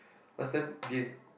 last time din~